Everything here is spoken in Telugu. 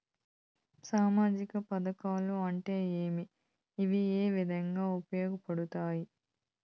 సామాజిక పథకాలు అంటే ఏమి? ఇవి ఏ విధంగా ఉపయోగపడతాయి పడతాయి?